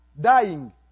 dying